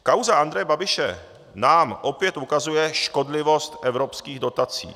Kauza Andreje Babiše nám opět ukazuje škodlivost evropských dotací.